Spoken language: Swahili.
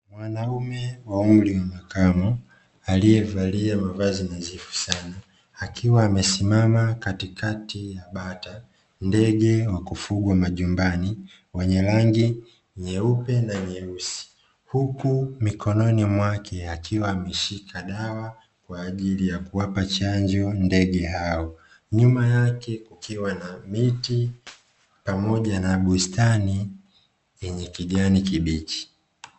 Mwanaume wa umri wa makamo aliye valia mavazi nadhifu sana, akiwa amesimama katikati ya bata (ndege wa kufugwa majumbani), wenye rangi nyeupe na nyeusi, huku mikononi mwake akiwa ameshika dawa kwa ajili ya kuwapa chanjo ndege hao. Nyuma yake kukiwa na miti pamoja na bustani yenye kijani kibichi.